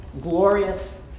glorious